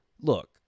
look